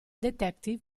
detective